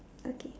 okay